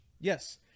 Yes